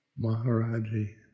Maharaji